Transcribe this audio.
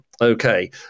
Okay